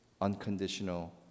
unconditional